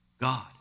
God